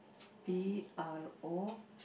P_R_O